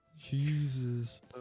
Jesus